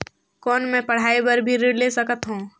कौन मै पढ़ाई बर भी ऋण ले सकत हो?